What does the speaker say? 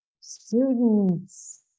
students